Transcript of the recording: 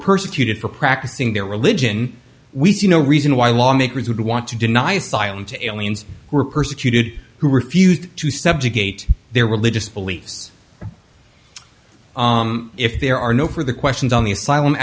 persecuted for practicing their religion we see no reason why lawmakers would want to deny asylum to aliens who are persecuted who refused to subjugate their religious beliefs if there are no further questions on the asylum